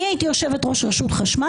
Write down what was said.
אני הייתי יושבת-ראש רשות חשמל,